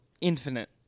infinite